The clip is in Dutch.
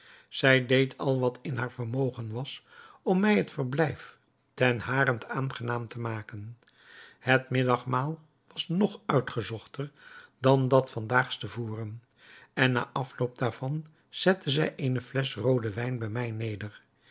zij deed al wat in haar vermogen was om mij het verblijf ten harent aangenaam te maken het middagmaal was nog uitgezochter dan dat van daags te voren en na afloop daarvan zette zij eene flesch rooden wijn bij mij neder